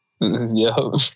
Yo